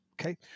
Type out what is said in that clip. okay